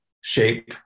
shape